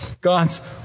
God's